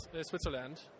Switzerland